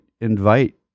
invite